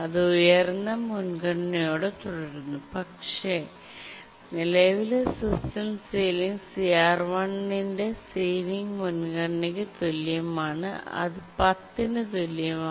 ഇത് ഉയർന്ന മുൻഗണനയോടെ തുടരുന്നു പക്ഷേ നിലവിലെ സിസ്റ്റം സീലിംഗ് CR1 ന്റെ സീലിംഗ് മുൻഗണനയ്ക്ക് തുല്യമാണ് അത് 10 ന് തുല്യമാണ്